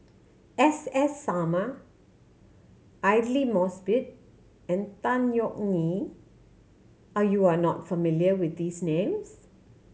S S Sarma Aidli Mosbit and Tan Yeok Nee are you are not familiar with these names